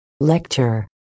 Lecture